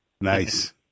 Nice